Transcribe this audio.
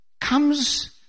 comes